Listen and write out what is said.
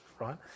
right